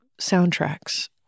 soundtracks